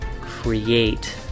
create